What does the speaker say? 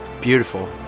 Beautiful